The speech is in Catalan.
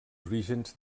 orígens